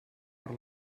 per